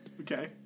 Okay